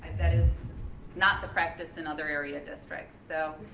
that is not the practice in other area districts, so,